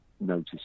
notice